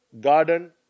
garden